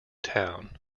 town